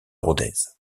rodez